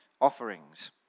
offerings